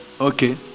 Okay